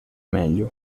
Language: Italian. meglio